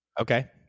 Okay